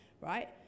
right